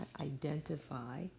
identify